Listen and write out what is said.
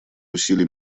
усилий